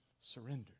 surrendered